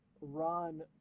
run